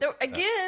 Again